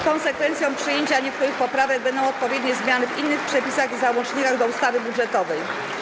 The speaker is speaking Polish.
Konsekwencją przyjęcia niektórych poprawek będą odpowiednie zmiany w innych przepisach i załącznikach do ustawy budżetowej.